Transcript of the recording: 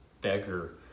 beggar